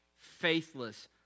faithless